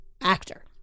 actor